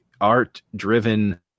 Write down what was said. art-driven